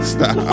Stop